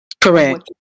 Correct